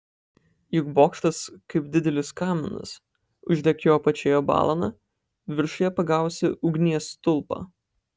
juk bokštas kaip didelis kaminas uždek jo apačioje balaną viršuje pagausi ugnies stulpą